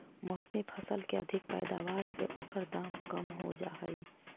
मौसमी फसल के अधिक पैदावार से ओकर दाम कम हो जाऽ हइ